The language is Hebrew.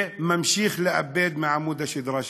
וממשיך לאבד מעמוד השדרה שלו.